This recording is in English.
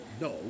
No